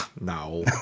No